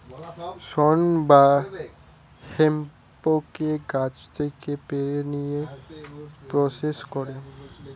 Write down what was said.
শন বা হেম্পকে গাছ থেকে পেড়ে নিয়ে প্রসেস করে